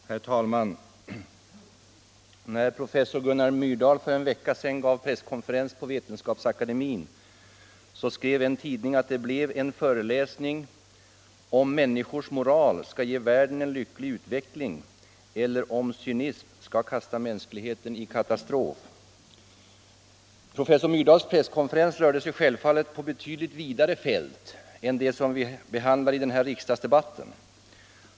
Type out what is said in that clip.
Herr talman! När professor Gunnar Myrdal för en vecka sedan gav presskonferens på Vetenskapsakademien, så skrev en tidning att det blev en föreläsning om huruvida människors moral skall ge världen en lycklig utveckling eller om cynism skall kasta mänskligheten i katastrof. Professor Myrdals presskonferens rörde sig självfallet på ett betydligt vidare fält än det vi i dagens riksdagsdebatt behandlar.